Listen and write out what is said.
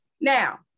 Now